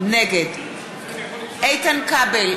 נגד איתן כבל,